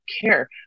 care